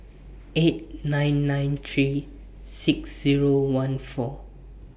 eight nine nine three six Zero one four